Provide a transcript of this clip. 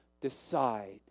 decide